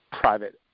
private